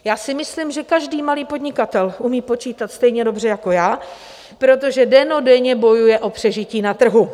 Já si myslím, že každý malý podnikatel umí počítat stejně dobře jako já, protože dennodenně bojuje o přežití na trhu.